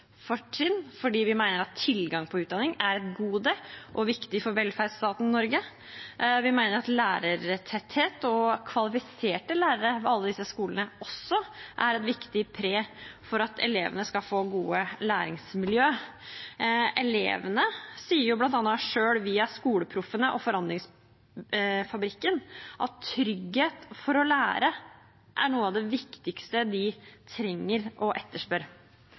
vi mener at tilgang på utdanning er et gode og er viktig for velferdsstaten Norge. Vi mener at lærertetthet og kvalifiserte lærere ved alle disse skolene også er et viktig pre for at elevene skal få gode læringsmiljø. Elevene sier jo selv, bl.a. via SkoleProffene og Forandringsfabrikken, at trygghet for å lære er noe av det viktigste de trenger og etterspør. Dette vil Senterpartiet følge opp. Å